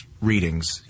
readings